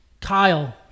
Kyle